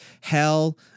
hell